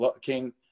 King